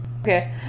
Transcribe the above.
Okay